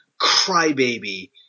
crybaby